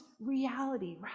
reality